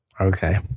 Okay